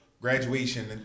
graduation